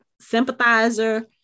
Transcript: sympathizer